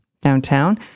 downtown